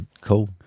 cool